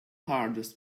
hardest